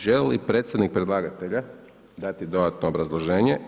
Želi li predstavnik predlagatelja dati dodatno obrazloženje?